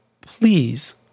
please